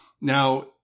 Now